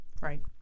Right